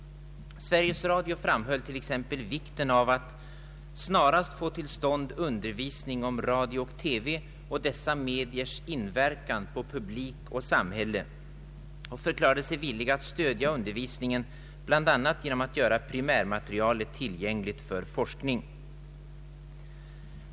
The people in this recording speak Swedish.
Sveriges Radio framhöll t.ex. vikten av att snarast få till stånd undervisning om radio och television och dessa mediers inverkan på publik och samhälle och förklarade sig villig att stödja undervisningen, bl.a. genom att göra primärmaterialet tillgängligt för forskning.